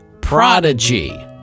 Prodigy